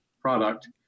product